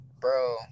Bro